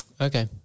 Okay